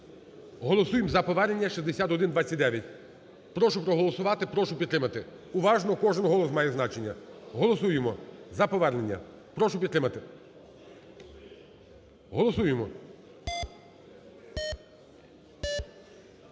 Голосуємо за повернення 6129. Прошу проголосувати, прошу підтримати. Уважно, кожен голос має значення. Голосуємо за повернення. Прошу підтримати. Голосуємо.